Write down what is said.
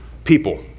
people